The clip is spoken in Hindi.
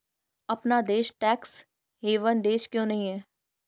अपना देश टैक्स हेवन देश क्यों नहीं है?